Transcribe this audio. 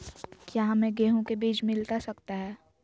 क्या हमे गेंहू के बीज मिलता सकता है?